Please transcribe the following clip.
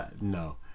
no